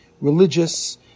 religious